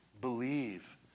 Believe